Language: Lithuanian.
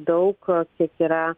daug kiek yra